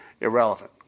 Irrelevant